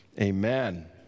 amen